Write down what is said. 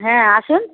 হ্যাঁ আসুন